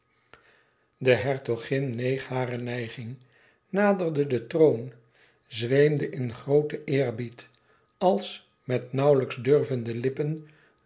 de hertogin neeg hare nijging naderde den troon zweemde in grooten eerbied als met nauwlijks durvende lippen